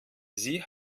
sie